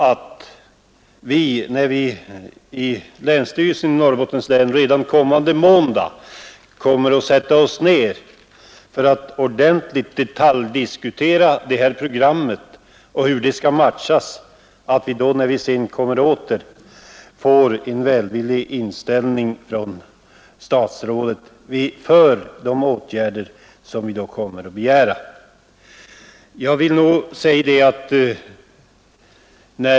När vi inom länsstyrelsen i Norrbottens län redan kommande måndag skall detaljdiskutera programmet och hur det skall matchas, hoppas vi på en välvillig inställning från statsrådets sida till de åtgärder som vi kommer att begära.